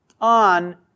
on